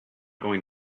going